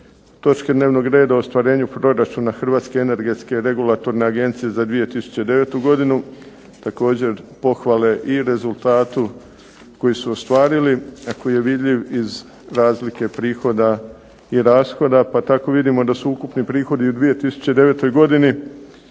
točke dnevnog reda o ostvarenju proračuna HERA-e za 2009. godinu. Također, pohvale i rezultatu koji su ostvarili, a koji je vidljiv iz razlike prihoda i rashoda. Pa tako vidimo da su ukupni prihodi u 2009. godini